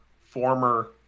former